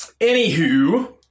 Anywho